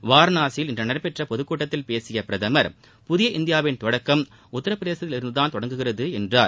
வாரணாசியில் இன்று நடைபெற்ற பொதுக் கூட்டத்தில் பேசிய பிரதமர் புதிய இந்தியாவின் தொடக்கம் உத்தரப் பிரதேசத்தில் இருந்து தான் தொடங்குகிறது என்றார்